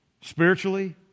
spiritually